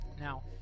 Now